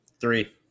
Three